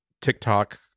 TikTok